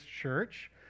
church